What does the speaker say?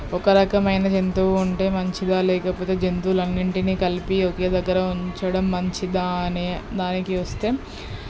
ఒక రకమైన జంతువు ఉంటే మంచిదా లేకపోతే జంతువులన్నింటినీ కలిపి ఒకే దగ్గర ఉంచడం మంచిదా అనే దానికి వస్తే